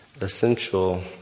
essential